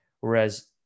whereas